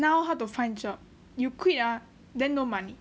now how to find job you quit ah then no money